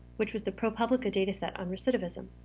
which was the propublica dataset on recidivism.